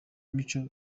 mico